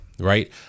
Right